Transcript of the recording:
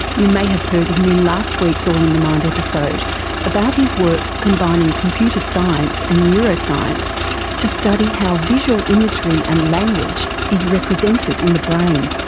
you may have heard him in last week's all in the mind episode about his work combining computer science and neuroscience to study how visual imagery and language is represented in the brain.